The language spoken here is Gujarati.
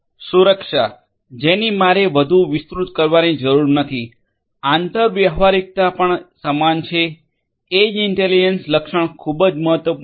સુરક્ષા જેની મારે વધુ વિસ્તૃત કરવાની જરૂર નથી આંતરવ્યવહારિકતા પણ સમાન છે એજ ઇન્ટેલિજન્સ લક્ષણ ખૂબ જ મહત્વપૂર્ણ છે